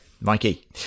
Mikey